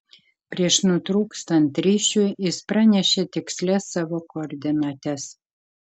prieš nutrūkstant ryšiui jis pranešė tikslias savo koordinates